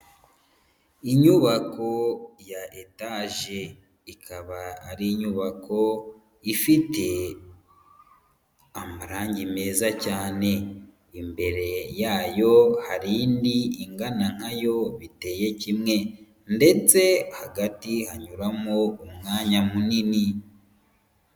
Inyubako ya etaje, ikaba ari inyubako ifite amarangi meza cyane. Imbere yayo hari indi ingana nkayo biteye kimwe ndetse hagati hanyuramo umwanya munini.